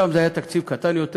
שם זה היה תקציב קטן יותר,